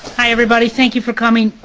hi everybody. thank you for coming.